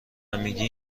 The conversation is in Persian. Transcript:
میگی